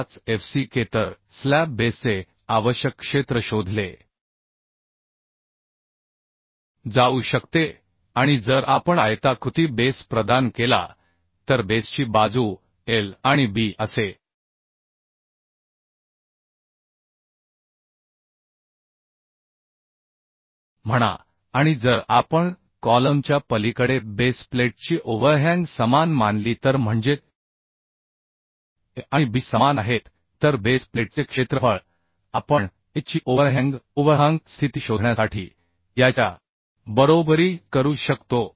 45 Fck तर slab बेसचे आवश्यक क्षेत्र शोधले जाऊ शकते आणि जर आपण आयताकृती बेस प्रदान केला तर बेसची बाजू L आणि B असे म्हणा आणि जर आपण कॉलमच्या पलीकडे बेस प्लेटची ओव्हरहॅंग समान मानली तर म्हणजे A आणि B समान आहेत तर बेस प्लेटचे क्षेत्रफळ आपण A ची ओव्हरहॅंगस्थिती शोधण्यासाठी याच्या बरोबरी करू शकतो